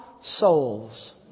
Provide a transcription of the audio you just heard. Souls